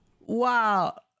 Wow